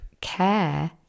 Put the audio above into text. care